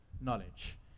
knowledge